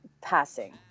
passing